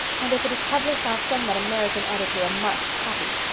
and if it is published i'll send that american editor a marked copy.